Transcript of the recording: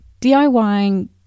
DIYing